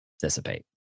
dissipate